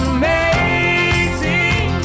amazing